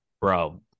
bro